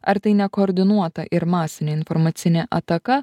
ar tai nekoordinuota ir masinė informacinė ataka